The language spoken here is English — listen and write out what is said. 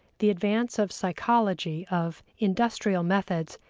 the advance of psychology, of industrial methods,